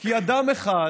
כי אדם אחד